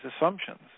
assumptions